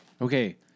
Okay